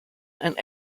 and